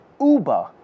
Uber